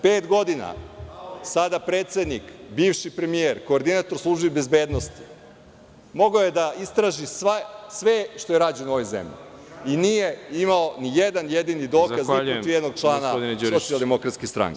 Pet godina sada predsednik, bivši premijer, koordinator službi bezbednosti, mogao je da istraži sve šta je rađeno u ovoj zemlji i nije imao ni jedan jedini dokaz ni protiv jednog člana Socijal-demokratske stranke.